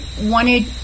wanted